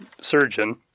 surgeon